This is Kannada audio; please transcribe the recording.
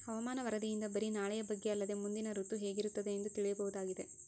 ಹವಾಮಾನ ವರದಿಯಿಂದ ಬರಿ ನಾಳೆಯ ಬಗ್ಗೆ ಅಲ್ಲದೆ ಮುಂದಿನ ಋತು ಹೇಗಿರುತ್ತದೆಯೆಂದು ತಿಳಿಯಬಹುದಾಗಿದೆ